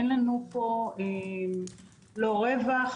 אין לנו פה לא רווח,